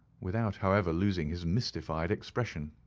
without however losing his mystified expression.